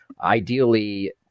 ideally